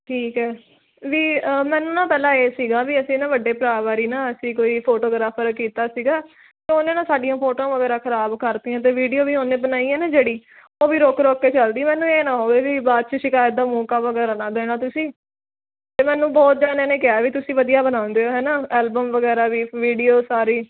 ਠੀਕ ਹੈ ਵੀ ਮੈਨੂੰ ਨਾ ਪਹਿਲਾਂ ਇਹ ਸੀਗਾ ਵੀ ਅਸੀਂ ਨਾ ਵੱਡੇ ਭਰਾ ਵਾਰੀ ਨਾ ਅਸੀਂ ਕੋਈ ਫੋਟੋਗਰਾਫਰ ਕੀਤਾ ਸੀਗਾ ਅਤੇ ਉਹਨਾਂ ਨਾਲ ਸਾਡੀਆਂ ਫੋਟੋਆਂ ਵਗੈਰਾ ਖਰਾਬ ਕਰਤੀਆਂ ਅਤੇ ਵੀਡੀਓ ਵੀ ਉਹਨੇ ਬਣਾਈ ਹੈ ਨਾ ਜਿਹੜੀ ਉਹ ਵੀ ਰੁਕ ਰੁਕ ਕੇ ਚੱਲਦੀ ਮੈਨੂੰ ਇਹ ਨਾ ਹੋਵੇ ਵੀ ਬਾਅਦ 'ਚ ਸ਼ਿਕਾਇਤ ਦਾ ਮੌਕਾ ਵਗੈਰਾ ਨਾ ਦੇਣਾ ਤੁਸੀਂ ਅਤੇ ਮੈਨੂੰ ਬਹੁਤ ਜਣਿਆ ਨੇ ਕਿਹਾ ਵੀ ਤੁਸੀਂ ਵਧੀਆ ਬਣਾਉਂਦੇ ਹੋ ਹੈ ਨਾ ਐਲਬਮ ਵਗੈਰਾ ਵੀ ਵੀਡੀਓ ਸਾਰੀ